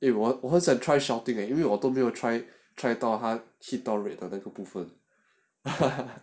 eh 我我很想 try shouting eh 因为我都没有没有 try 到她 hit 到 red 的那个部分